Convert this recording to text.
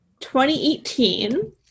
2018